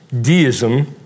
deism